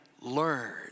learn